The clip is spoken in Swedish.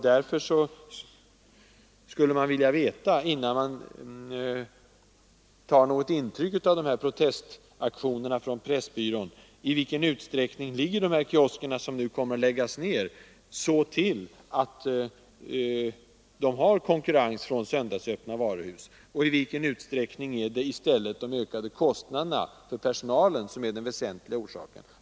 Därför skulle jag, innan jag tar något intryck av protestaktionerna från Pressbyrån, vilja veta i vilken utsträckning de kiosker som nu kommer att läggas ned ligger så till att de har konkurrens från söndagsöppna varuhus och i vilken utsträckning de ökade kostnaderna för personalen är den väsentliga orsaken.